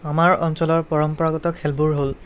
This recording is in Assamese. আমাৰ অঞ্চলৰ পৰম্পৰাগত খেলবোৰ হ'ল